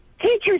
Teachers